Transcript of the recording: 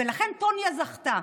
ולכן טוניה זכתה.